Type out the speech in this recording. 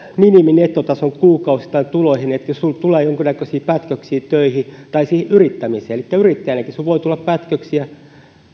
miniminettotason tuloihin kuukausittain niin että jos sinulle tulee jonkunnäköisiä pätköksiä töihin tai yrittämiseen yrittäjänäkin voi tulla pätköksiä